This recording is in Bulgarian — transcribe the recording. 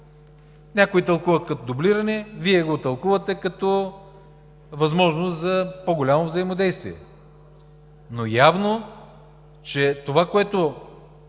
някой го тълкува като дублиране, а Вие го тълкувате като възможност за по-голямо взаимодействие?! Но е явно, че това, което